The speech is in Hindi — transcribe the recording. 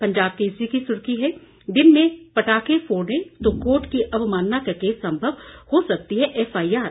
पंजाब केसरी की सुर्खी है दिन में पटाखे फोड़े तो कोर्ट की अवमानना का केस संभव हो सकती है एफआईआर